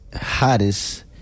hottest